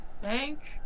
Thank